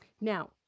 Now